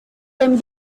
them